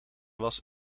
was